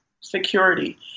security